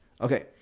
Okay